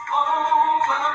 over